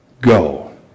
go